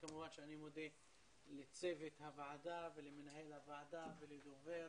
וכמובן שאני מודה לצוות הוועדה ולמנהל הוועדה ולדובר